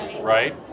Right